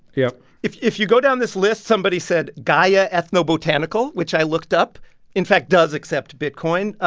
yup if if you go down this list, somebody said gaia ethnobotanical, which i looked up in fact, does accept bitcoin.